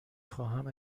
خواهم